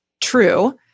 true